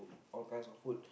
all kinds of food